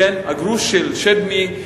הגרוש של שדמי,